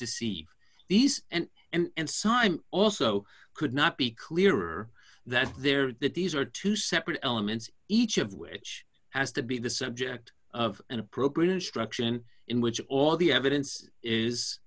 deceive these and and simon also could not be clearer that they're that these are two separate elements each of which has to be the subject of an appropriate instruction in which all the evidence is